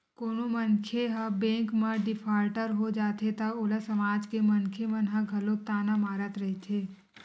कोनो मनखे ह बेंक ले डिफाल्टर हो जाथे त ओला समाज के मनखे मन ह घलो ताना मारत रहिथे